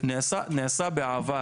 נעשה בעבר,